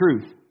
truth